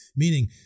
Meaning